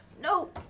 No